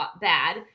bad